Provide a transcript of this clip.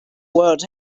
world